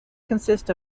consist